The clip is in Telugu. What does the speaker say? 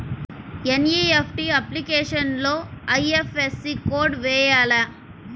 ఎన్.ఈ.ఎఫ్.టీ అప్లికేషన్లో ఐ.ఎఫ్.ఎస్.సి కోడ్ వేయాలా?